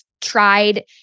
tried